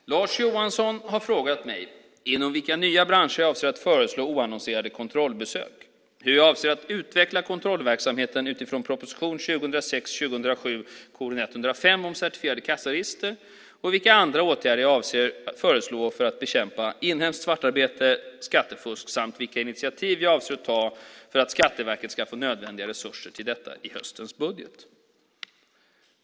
Fru talman! Lars Johansson har frågat mig inom vilka nya branscher jag avser att föreslå oannonserade kontrollbesök, hur jag avser att utveckla kontrollverksamheten utifrån propositionen 2006/07:105 om certifierade kassaregister och vilka andra åtgärder jag avser att föreslå för att bekämpa inhemskt svartarbete och skattefusk, samt vilka initiativ jag avser att ta för att Skatteverket ska få nödvändiga resurser till detta i höstens budget.